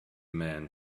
men